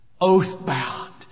oath-bound